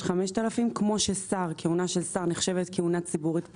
כמו שכהונה של שר נחשבת כהונה ציבורית בכירה,